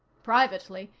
privately,